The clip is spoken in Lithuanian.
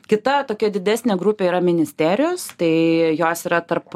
kita tokia didesnė grupė yra ministerijos tai jos yra tarp